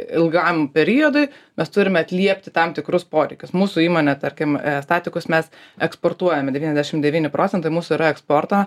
ilgam periodui mes turime atliepti tam tikrus poreikius mūsų įmonė tarkim statikus mes eksportuojame devyniasdešimt devyni procentai mūsų eksporto